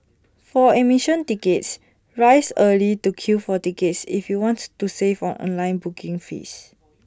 for admission tickets rise early to queue for tickets if you want to save on online booking fees